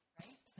right